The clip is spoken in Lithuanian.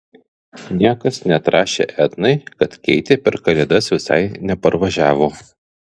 niekas neatrašė etnai kad keitė per kalėdas visai neparvažiavo